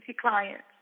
clients